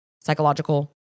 psychological